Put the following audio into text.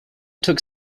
took